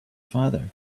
father